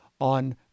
on